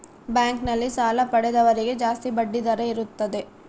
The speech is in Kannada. ಬ್ಯಾಂಕ್ ನಲ್ಲಿ ಸಾಲ ಪಡೆದವರಿಗೆ ಜಾಸ್ತಿ ಬಡ್ಡಿ ದರ ಇರುತ್ತದೆ